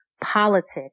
politics